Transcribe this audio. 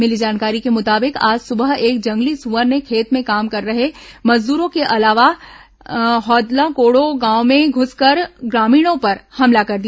मिली जानकारी के मुताबिक आज सुबह एक जंगली सुअर ने खेत में काम कर रहे मजदूरों के अलावा हैदलकोड़ो गांव में घुसकर ग्रामीणों पर हमला कर दिया